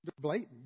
blatant